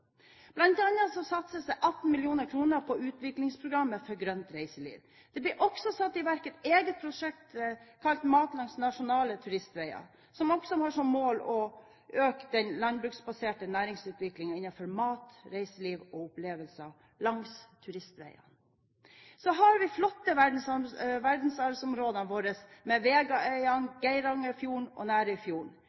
satses det 18 mill. kr på utviklingsprogrammet for grønt reiseliv. Det blir også satt i verk et eget prosjekt kalt Mat langs nasjonale turistveier, som også har som mål å øke den landbruksbaserte næringsutviklingen for mat, reiseliv og opplevelser langs turistveiene. Så har vi de flotte verdensarvområdene våre med Vega-øyene, Geirangerfjorden og